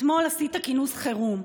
אתמול עשית כינוס חירום,